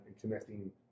connecting